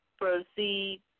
Proceed